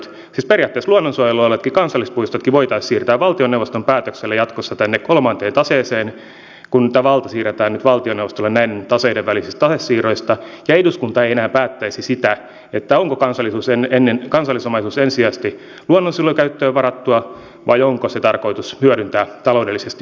siis periaatteessa luonnonsuojelualueetkin kansallispuistotkin voitaisiin siirtää valtioneuvoston päätöksellä jatkossa tänne kolmanteen taseeseen kun tämä valta siirretään nyt valtioneuvostolle näiden taseiden välisistä tasesiirroista ja eduskunta ei enää päättäisi sitä onko caseliuksen ennen kansallis omai sen kansallisomaisuus ensisijaisesti luonnonsuojelun käyttöön varattua vai onko se tarkoitus hyödyntää taloudellisesti muuhun käyttöön